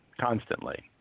constantly